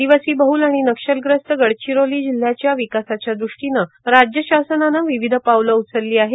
आदिवासी बहल आणि नक्षलग्रस्त गडचिरोली जिल्हयाच्या विकासाच्या दृष्टीनं राज्यशासनानं विविध पाऊलं उचलली आहेत